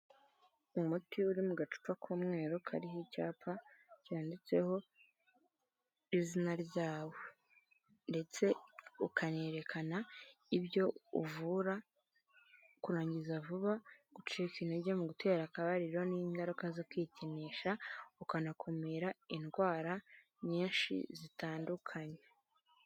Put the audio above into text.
Umuti uri mu gacupa k'umweru kariho icyapa cyanditseho izina ryawo, ndetse ukanerekana ibyo uvura: kurangiza vuba, gucika intege mu gutera akabariro, n'ingaruka zo kwikinisha, ukanakumira indwara nyinshi zitandukanye.